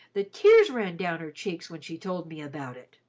the tears ran down her cheeks when she told me about it!